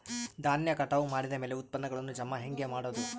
ಧಾನ್ಯ ಕಟಾವು ಮಾಡಿದ ಮ್ಯಾಲೆ ಉತ್ಪನ್ನಗಳನ್ನು ಜಮಾ ಹೆಂಗ ಮಾಡೋದು?